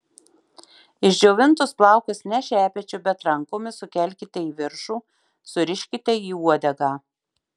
išdžiovintus plaukus ne šepečiu bet rankomis sukelkite į viršų suriškite į uodegą